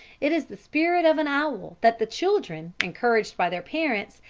it is the spirit of an owl that the children, encouraged by their parents,